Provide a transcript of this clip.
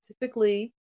typically